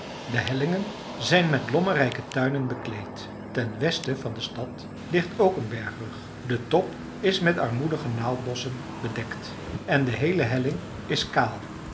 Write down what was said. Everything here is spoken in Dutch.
de hellingen zijn met lommerrijke tuinen bekleed ten westen van de stad ligt ook een bergrug de top is met armoedige naaldbosschen bedekt en de heele helling is kaal